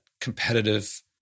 competitive